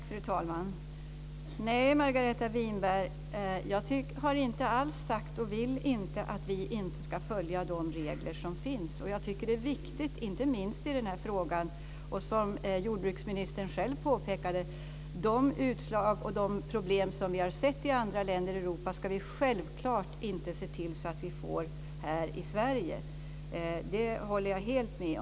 Fru talman! Nej, Margareta Winberg, jag har inte alls sagt och vill inte att vi inte ska följa de regler som finns. Jag tycker att det är viktigt, inte minst i den här frågan. Som jordbruksministern själv påpekade ska vi självklart se till att vi inte får samma problem som i andra länder i Europa här i Sverige.